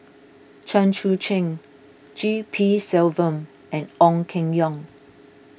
Chen Sucheng G P Selvam and Ong Keng Yong